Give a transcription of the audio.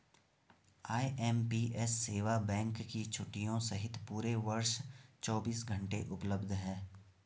IMPS सेवा bank की छुट्टियों सहित पूरे वर्ष चौबीस घंटे उपलब्ध है